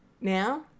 now